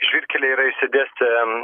žvyrkeliai yra išsidėstę